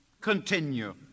Continue